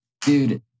Dude